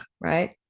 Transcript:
right